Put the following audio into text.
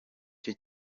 cyo